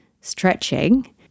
stretching